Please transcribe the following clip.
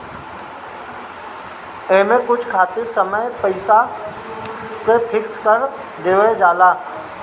एमे कुछ समय खातिर पईसा के फिक्स कर देहल जाला